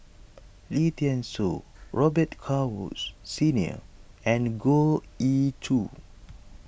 Lim thean Soo Robet Carr Woods Senior and Goh Ee Choo